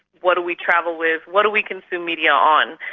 what do we travel with, what do we consume media on?